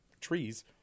trees